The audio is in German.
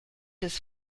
des